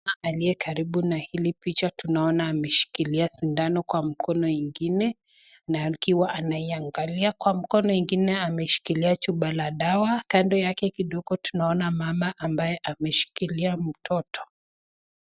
Aliye karibu na hili picha tunamwona ameshikilia sindano kwa mkono akiwa ameiangalia kwa mkono mwingine ameshikilia chupa ya dawa kando yake kidogo tunaona mama ambaye ameshikilia mtoto.